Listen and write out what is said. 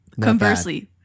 Conversely